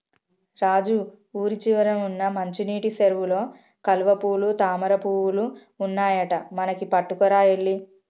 రాజు ఊరి చివర వున్న మంచినీటి సెరువులో కలువపూలు తామరపువులు ఉన్నాయట మనకి పట్టుకురా ఎల్లి